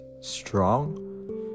strong